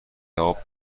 جواب